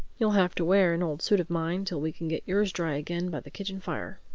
you'll have to wear an old suit of mine till we can get yours dry again by the kitchen-fire.